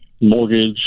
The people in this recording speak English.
mortgage